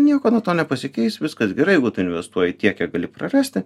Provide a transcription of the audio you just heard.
nieko nuo to nepasikeis viskas gerai jeigu tu investuoji tiek kiek gali prarasti